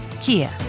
Kia